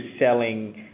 selling